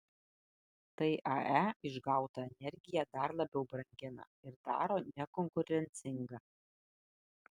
tai ae išgautą energiją dar labiau brangina ir daro nekonkurencingą